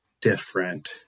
different